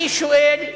אני שואל: